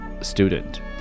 student